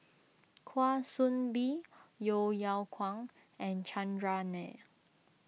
Kwa Soon Bee Yeo Yeow Kwang and Chandran Nair